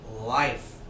life